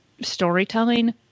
storytelling